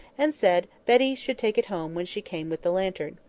and said betty should take it home when she came with the lantern.